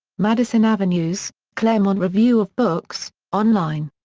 madison avenues, claremont review of books, online.